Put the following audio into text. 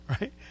Right